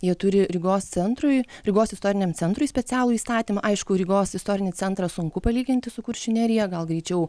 jie turi rygos centrui rygos istoriniam centrui specialų įstatymą aišku rygos istorinį centrą sunku palyginti su kuršių nerija gal greičiau